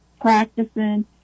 practicing